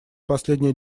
последнее